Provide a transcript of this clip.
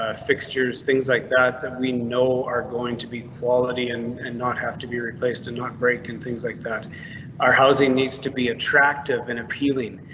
ah fixtures, things like that that we know are going to be quality and and not have to be replaced and not break. and things like that are housing needs to be attractive and appealing.